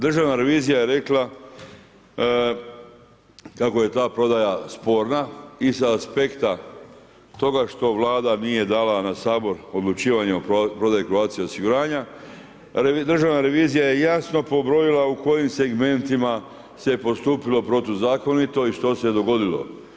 Državna revizija je rekla kako je ta prodaja sporna iz aspekta toga što vlada nije dala na Sabor odlučivanje o prodaji Croatia osiguranja, a Državna revizija je jasno pobrojila u kojim segmentima se postupilo protuzakonito i što se je dogodilo.